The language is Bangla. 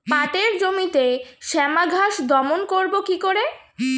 পাটের জমিতে শ্যামা ঘাস দমন করবো কি করে?